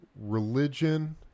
religion